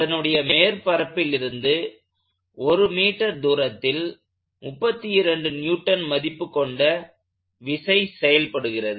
அதனுடைய மேற்பரப்பிலிருந்து 1m தூரத்தில் 32N மதிப்பு கொண்ட செயல்படுகிறது